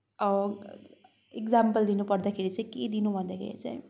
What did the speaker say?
example दिनु पर्दाखेरि चाहिँ के दिनु भन्दाखेरि चाहिँ